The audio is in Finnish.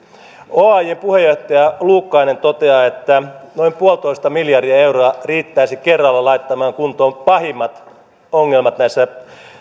oajn puheenjohtaja luukkainen toteaa että noin yksi pilkku viisi miljardia euroa riittäisi kerralla laittamaan kuntoon pahimmat ongelmat näissä